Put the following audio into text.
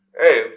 Hey